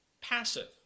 passive